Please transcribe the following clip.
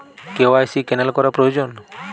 KYC cancel করা প্রয়োজন?